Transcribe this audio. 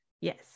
Yes